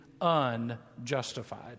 unjustified